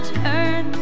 turn